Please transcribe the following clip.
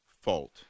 fault